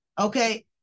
Okay